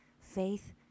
Faith